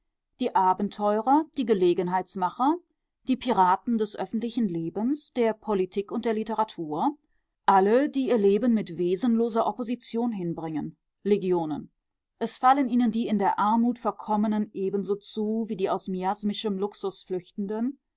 die abenteurer die gelegenheitsmacher die piraten des öffentlichen lebens der politik und der literatur alle die ihr leben mit wesenloser opposition hinbringen legionen es fallen ihnen die in der armut verkommenen ebenso zu wie die aus miasmischem luxus flüchtenden